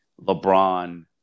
LeBron